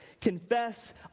confess